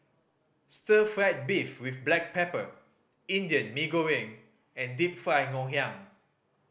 stir fried beef with black pepper Indian Mee Goreng and Deep Fried Ngoh Hiang